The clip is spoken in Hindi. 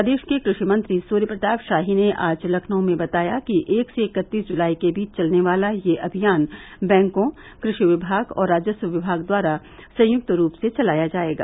प्रदेश के कृषि मंत्री सूर्य प्रताप शाही ने आज लखनऊ में बताया कि एक से इकतीस जुलाई के बीच चलने वाला यह अभियान बैंकों कृषि विभाग और राजस्व विभाग द्वारा संयुक्त रूप से चलाया जायेगा